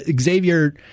Xavier